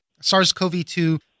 SARS-CoV-2